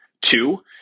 Two